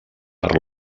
per